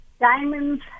diamonds